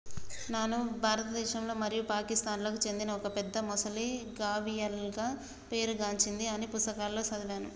నాను భారతదేశంలో మరియు పాకిస్తాన్లకు చెందిన ఒక పెద్ద మొసలి గావియల్గా పేరు గాంచింది అని పుస్తకాలలో సదివాను